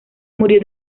murió